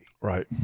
right